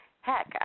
heck